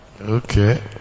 Okay